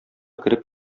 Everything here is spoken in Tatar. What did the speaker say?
кереп